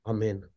Amen